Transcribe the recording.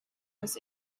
this